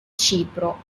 cipro